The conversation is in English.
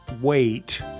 wait